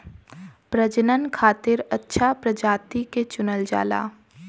प्रजनन खातिर अच्छा प्रजाति के चुनल जाला